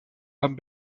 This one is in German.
haben